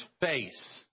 face